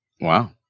Wow